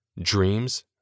dreams